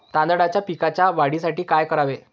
तांदळाच्या पिकाच्या वाढीसाठी काय करावे?